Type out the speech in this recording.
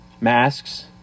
masks